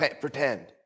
pretend